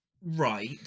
Right